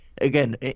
again